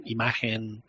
Imagen